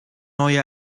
neue